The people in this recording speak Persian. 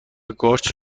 قارچ